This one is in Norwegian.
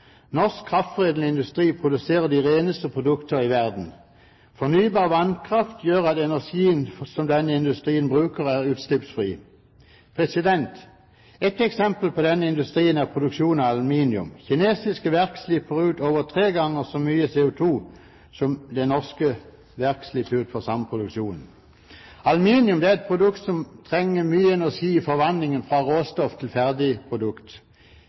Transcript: Norsk kraftforedlende industri produserer de reneste produktene i verden. Fornybar vannkraft gjør at energien som denne industrien bruker, er utslippsfri. Et eksempel på denne industrien er produksjon av aluminium. Kinesiske verk slipper ut over tre ganger så mye CO2 som det norske verk slipper ut for samme produksjon. Aluminium er et produkt som trenger mye energi i forvandlingen fra råstoff til ferdig produkt.